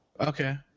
Okay